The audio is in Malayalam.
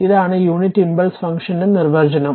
ഇതാണ് യൂണിറ്റ് ഇംപൾസ് ഫംഗ്ഷന്റെ നിർവചനം